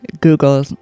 Google